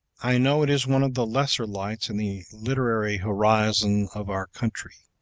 i know it is one of the lesser lights in the literary horizon of our country.